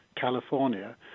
california